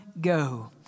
go